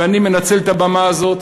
ואני מנצל את הבמה הזאת,